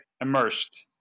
immersed